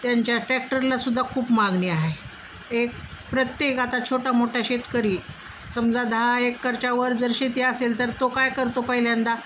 त्यांच्या ट्रॅक्टरलासुद्धा खूप मागणी हा एक प्रत्येक आता छोट्या मोठ्या शेतकरी समजा दहा एकरच्यावर जर शेती असेल तर तो काय करतो पहिल्यांदा